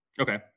Okay